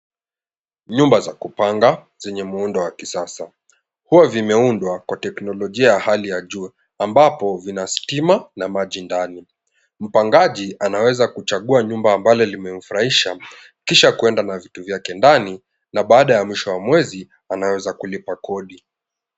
Nyumba za kupanga zenye muundo wa kisasa huwa vimeundwa kwa teknolojia ya hali ya juu ambapo vina stima na maji ndani. Mpangaji anaweza kuchagua nyumba ambalo limemfurahisha kisha kuenda na vitu vyake ndani na baada ya mwisho wa mwezi anaweza kulipa kodi.